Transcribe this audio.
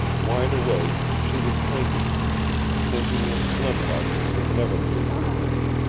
wide awake, she was thinking thinking as slim buck would never be able to think,